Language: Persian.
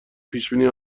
پیشبینی